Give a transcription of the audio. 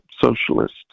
socialist